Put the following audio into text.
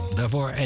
Daarvoor